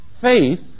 Faith